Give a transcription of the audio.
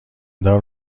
دار